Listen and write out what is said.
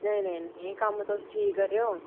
नेईं नेईं कम्म तुस ठीक करेओ